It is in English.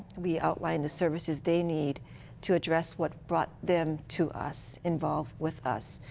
we outline the services they need to address what brought them to us involved with us.